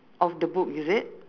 of the book is it